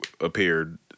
appeared